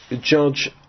judge